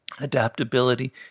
Adaptability